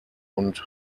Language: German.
und